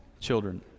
children